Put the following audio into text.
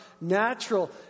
natural